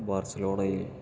ബാർസലോണയിൽ